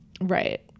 Right